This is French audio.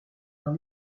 dans